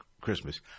Christmas